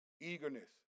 eagerness